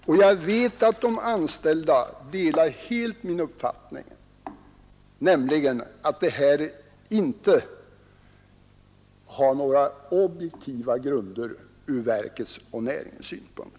Jag vet också att de anställda helt delar min uppfattning, att de föreslagna åtgärderna inte vilar på objektiva grunder från verkets synpunkt och från näringssynpunkt.